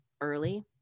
early